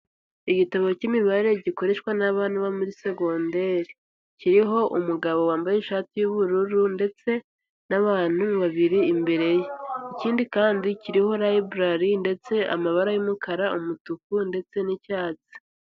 Igitabo cy'imibare gikoreshwa n'abana bo muri secondaire, kiriho umugabo wambaye ishati y'ubururu, ndetse n'abantu babiri imbere ye, ikindi kandi kiriho library ndetse amabara y'umukara, umutuku ndetse n'icyatsi.